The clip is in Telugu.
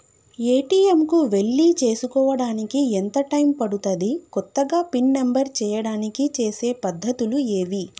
ఏ.టి.ఎమ్ కు వెళ్లి చేసుకోవడానికి ఎంత టైం పడుతది? కొత్తగా పిన్ నంబర్ చేయడానికి చేసే పద్ధతులు ఏవి?